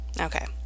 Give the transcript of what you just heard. Okay